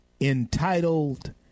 entitled